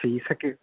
ഫീസക്കെയോ